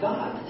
God